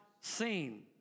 seen